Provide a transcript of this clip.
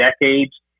decades